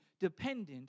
dependent